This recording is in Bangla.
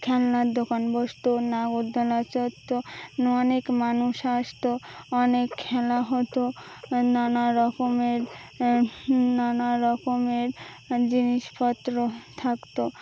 খেলনার দোকান বসতো নাগর দোলনা অনেক মানুষ আসতো অনেক খেলা হতো নানা রকমের নানা রকমের জিনিসপত্র থাকতো